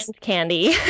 Candy